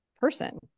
person